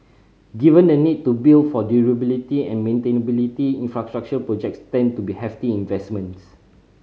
given the need to build for durability and maintainability infrastructure projects tend to be hefty investments